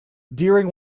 during